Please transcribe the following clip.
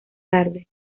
tarde